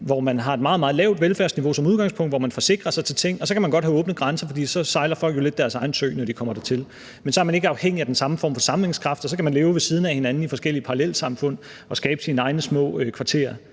hvor man har et meget, meget lavt velfærdsniveau som udgangspunkt, hvor man forsikrer sig til ting, og så kan man godt have åbne grænser, for så sejler folk lidt deres egen sø, når de kommer dertil, men så er man ikke så afhængig af den samme form for sammenhængskraft, og så kan man leve ved siden af hinanden i forskellige parallelsamfund og skabe sine egne små kvarterer.